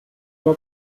oder